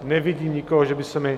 Nevidím nikoho, že by se mi...